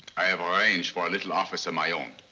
i have arranged for a little office of my own.